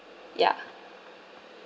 ya